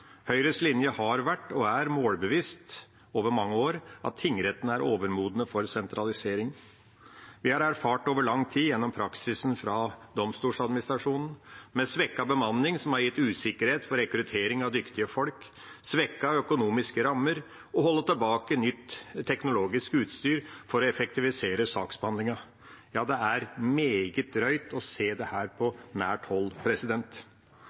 Høyres målbevisste linje er og har over mange år vært at tingrettene er overmodne for sentralisering. Vi har erfart det over lang tid gjennom praksisen fra Domstoladministrasjonen med svekket bemanning som har gitt usikkerhet for rekruttering av dyktige folk, svekkede økonomiske rammer og at en har holdt tilbake nytt teknologisk utstyr for å effektivisere saksbehandlingen. Det er meget drøyt å se